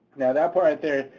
that part there,